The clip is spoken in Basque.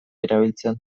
erabiltzen